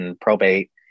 probate